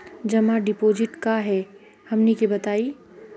जमा डिपोजिट का हे हमनी के बताई?